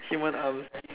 human arms